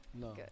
No